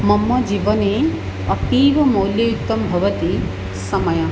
मम जीवने अतीव मौल्ययुक्तं भवति समयः